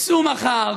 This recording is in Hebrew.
צאו מחר,